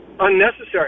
unnecessary